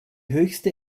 höchste